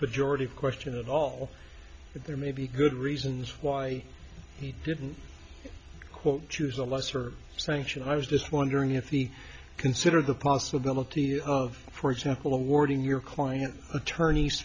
majority question at all there may be good reasons why he didn't quote choose the lesser sanction i was just wondering if the consider the possibility of for example awarding your client attorneys